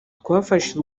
twafashe